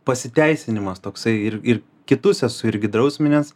pasiteisinimas toksai ir ir kitus esu irgi drausminęs